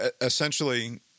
essentially –